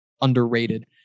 underrated